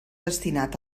destinat